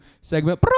segment